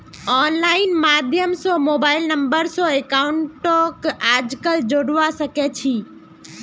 online माध्यम स mobile number स अकाउंटक आजकल जोडवा सके छी